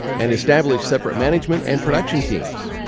and established separate management and production teams.